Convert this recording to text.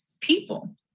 people